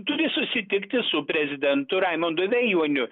turi susitikti su prezidentu raimundu vėjuoniu